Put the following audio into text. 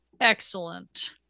Excellent